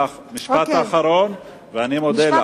משפט אחרון, ואני מודה לך.